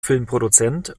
filmproduzent